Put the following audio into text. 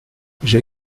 j’ai